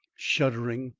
shuddering,